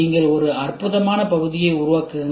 நீங்கள் ஒரு அற்புதமான பகுதியை உருவாக்குகிறீர்கள்